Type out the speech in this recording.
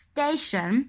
Station